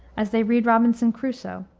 as they read robinson crusoe,